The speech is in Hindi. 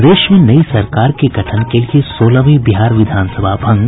प्रदेश में नई सरकार के गठन के लिये सोलहवीं बिहार विधानसभा भंग